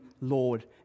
Lord